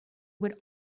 would